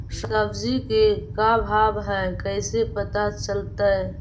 सब्जी के का भाव है कैसे पता चलतै?